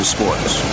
Sports